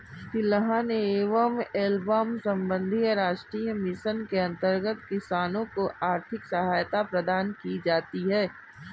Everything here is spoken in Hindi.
तिलहन एवं एल्बम संबंधी राष्ट्रीय मिशन के अंतर्गत किसानों को आर्थिक सहायता प्रदान की जाती है